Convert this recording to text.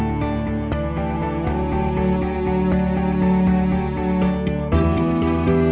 and